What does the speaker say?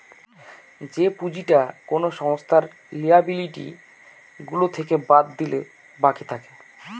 যে পুঁজিটা কোনো সংস্থার লিয়াবিলিটি গুলো থেকে বাদ দিলে বাকি থাকে